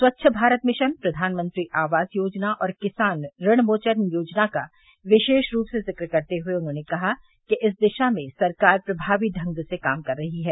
स्वच्छ भारत मिशन प्रधानमंत्री आवास योजना और किसान ऋण मोचन योजना का विरोप रूप से ज़िक्र करते हुए उन्होंने कहा कि इस दिशा में सरकार प्रभावी ढंग से काम कर रही है